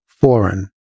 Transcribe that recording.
foreign